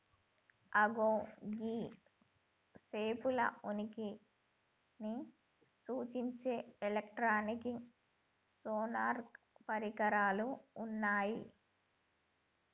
అగో గీ సేపల ఉనికిని సూచించే ఎలక్ట్రానిక్ సోనార్ పరికరాలు ఉన్నయ్యి